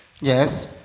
Yes